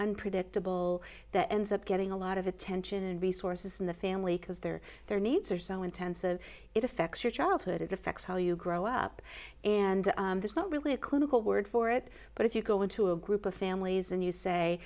and predictable that ends up getting a lot of attention and resources in the family because their their needs are so intensive it affects your childhood it affects how you grow up and there's not really a clinical word for it but if you go into a group of families and you say